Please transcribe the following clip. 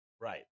Right